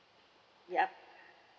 yup